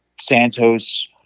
Santos